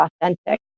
authentic